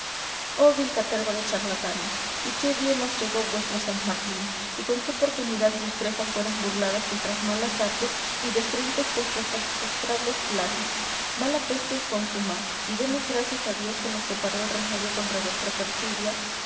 vil caterva de charlatanes y qué bien os llegó vuestro san martín y con qué oportunidad y destreza fueron burladas vuestras malas artes y destruidos vuestros execrables planes mala peste os consuma y demos gracias a dios que nos deparó el remedio contra vuestra perfidia